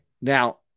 Now